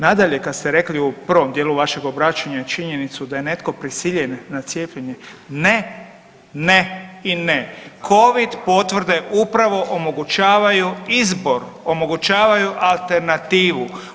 Nadalje, kad ste rekli u prvom dijelu vašeg obraćanja činjenicu da je netko prisiljen na cijepljenje, ne, ne i ne covid potvrde upravo omogućavaju izbor, omogućavaju alternativu.